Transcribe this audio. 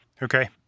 Okay